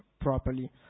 properly